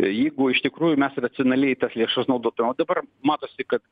jeigu iš tikrųjų mes racionaliai tas lėšas naudotumėm o dabar matosi kad